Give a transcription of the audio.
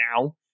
now